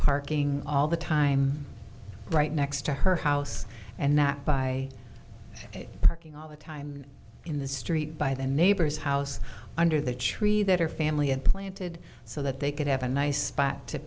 parking all the time right next to her house and not by parking all the time in the street by the neighbors house under the tree that her family had planted so that they could have a nice spot to